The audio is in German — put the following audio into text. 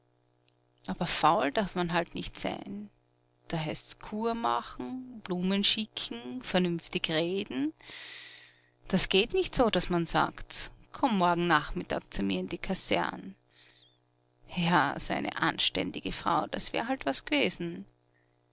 aber faul darf man halt nicht sein da heißt's cour machen blumen schicken vernünftig reden das geht nicht so daß man sagt komm morgen nachmittag zu mir in die kasern ja so eine anständige frau das wär halt was g'wesen